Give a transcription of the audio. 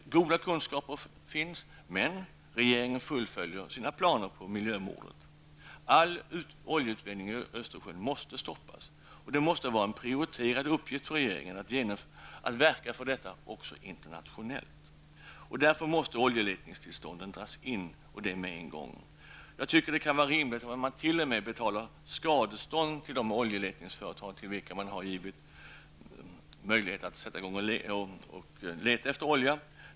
Goda kunskaper finns, men regeringen fullföljer sina planer på miljömordet. All oljeutvinning i Östersjön måste stoppas. Det måste vara en prioriterad uppgift för regeringen att verka för detta också internationellt. Därför måste oljeletningstillstånden dras in, och det med en gång. Jag tycker att det kan vara rimligt att t.o.m. betala skadestånd till de oljeletningsföretag, vilka man har givit möjlighet att sätta i gång att leta efter olja.